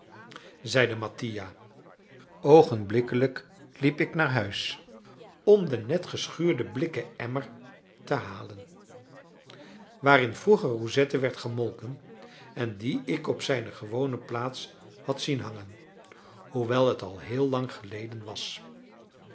zeide mattia oogenblikkelijk liep ik naar huis om den netgeschuurden blikken emmer te halen waarin vroeger roussette werd gemolken en dien ik op zijne gewone plaats had zien hangen hoewel het al heel lang geleden was